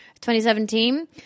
2017